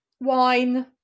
Wine